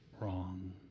wrong